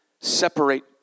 Separate